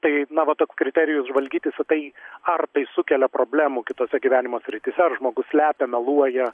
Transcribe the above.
tai na va tas kriterijus žvalgytis į tai ar tai sukelia problemų kitose gyvenimo srityse ar žmogus slepia meluoja